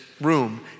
room